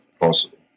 possible